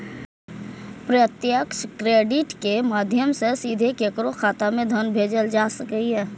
प्रत्यक्ष क्रेडिट के माध्यम सं सीधे केकरो खाता मे धन भेजल जा सकैए